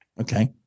Okay